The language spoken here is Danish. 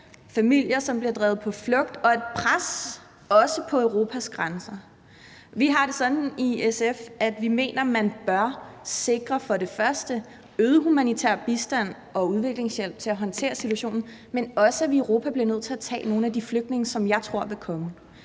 familier, som bliver drevet på flugt, og også et pres på Europas grænser. Vi har det sådan i SF, at vi mener, at man for det første bør sikre øget humanitær bistand og udviklingshjælp til at håndtere situationen, men også, at vi for det andet i Europa bliver nødt til at tage nogle af de flygtninge, som jeg tror vil komme.